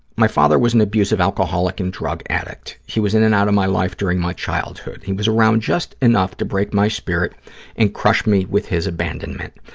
my father was an abusive alcoholic and drug addict. he was in and out of my life during my childhood. he was around just enough to break my spirit and crush me with his abandonment.